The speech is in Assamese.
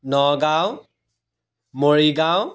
নগাঁও মৰিগাঁও